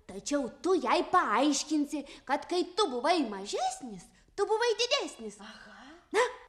tačiau tu jai paaiškinsi kad kai tu buvai mažesnis tu buvai didesnis aha na